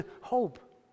hope